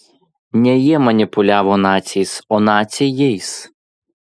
ne jie manipuliavo naciais o naciai jais